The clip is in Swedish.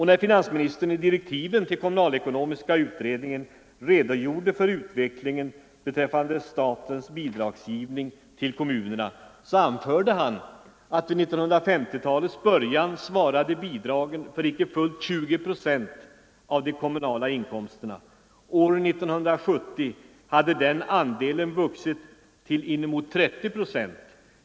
När finansministern i direktiven till kommunalekonomiska utredningen redogjorde för utvecklingen beträffande statens bidragsgivning till kommunerna, anförde han att vid 1950-talets början svarade bidragen för icke fullt 20 procent av de kommunala inkomsterna. År 1970 hade den andelen vuxit till inemot 30 procent.